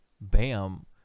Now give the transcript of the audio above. bam